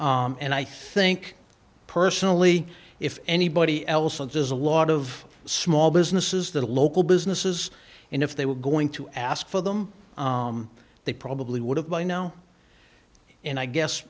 and i think personally if anybody else and does a lot of small businesses that are local businesses and if they were going to ask for them they probably would have by now and i guess